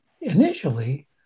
initially